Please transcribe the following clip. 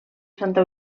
santa